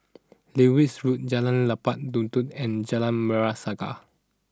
Lewis Road Jalan Lebat Daun and Jalan Merah Saga